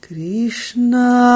Krishna